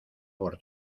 por